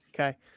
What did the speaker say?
Okay